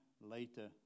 later